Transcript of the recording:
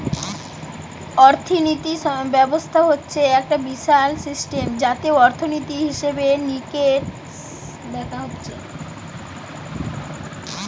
অর্থিনীতি ব্যবস্থা হচ্ছে একটা বিশাল সিস্টেম যাতে অর্থনীতি, হিসেবে নিকেশ দেখা হচ্ছে